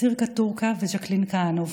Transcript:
סירקה טורקה וז'קלין כהנוב.